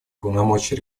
полномочий